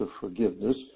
forgiveness